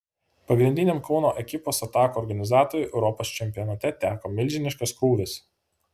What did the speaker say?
pagrindiniam kauno ekipos atakų organizatoriui europos čempionate teko milžiniškas krūvis